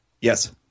Yes